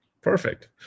perfect